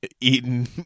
eaten